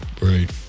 Right